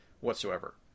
whatsoever